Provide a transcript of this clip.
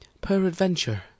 Peradventure